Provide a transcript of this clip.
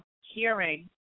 hearing